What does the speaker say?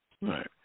Right